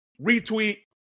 retweet